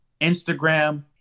Instagram